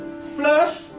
Flush